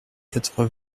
quatre